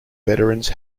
veterans